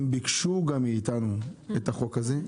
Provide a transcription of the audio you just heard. הם ביקשו גם מאיתנו את החוק הזה,